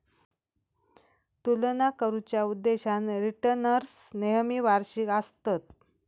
तुलना करुच्या उद्देशान रिटर्न्स नेहमी वार्षिक आसतत